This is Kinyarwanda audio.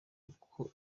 uko